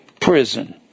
prison